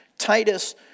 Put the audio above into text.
Titus